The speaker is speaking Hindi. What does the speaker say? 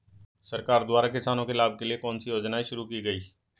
सरकार द्वारा किसानों के लाभ के लिए कौन सी योजनाएँ शुरू की गईं?